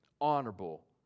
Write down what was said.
honorable